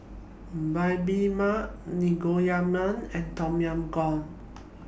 Bibimbap Naengmyeon and Tom Yam Goong